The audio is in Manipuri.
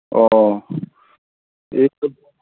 ꯑꯣ